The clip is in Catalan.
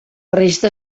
resta